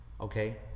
Okay